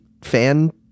fan